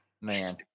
Man